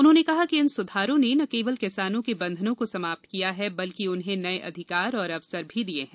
उन्होंने कहा कि इन सुधारों ने न केवल किसानों के बंधनों को समाप्त किया है बल्कि उन्हें नए अधिकार और अवसर भी दिए हैं